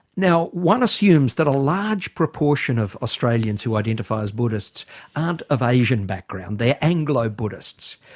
now one assumes that a large proportion of australians who identify as buddhists aren't of asian background, they're anglo-buddhists.